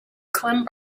clem